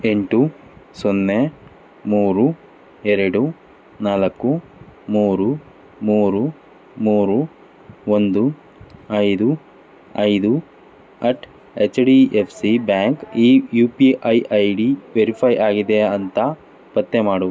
ಎಂಟು ಸೊನ್ನೆ ಮೂರು ಎರಡು ನಾಲ್ಕು ಮೂರು ಮೂರು ಮೂರು ಒಂದು ಐದು ಐದು at H D F C bank ಈ U P I I D verify ಆಗಿದೆಯಾ ಅಂತ ಪತ್ತೆ ಮಾಡು